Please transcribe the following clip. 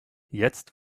jetzt